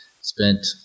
spent